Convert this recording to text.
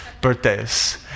birthdays